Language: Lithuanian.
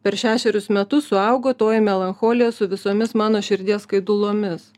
per šešerius metus suaugo toji melancholija su visomis mano širdies skaidulomis